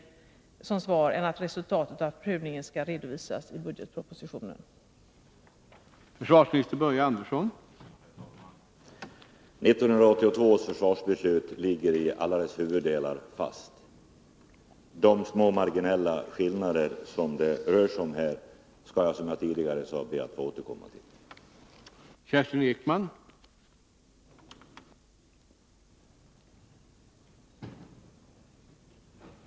Något mer svar än att resultaten av prövningen skall redovisas i budgetpropositionen borde vi kunna få.